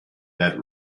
that